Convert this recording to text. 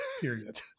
period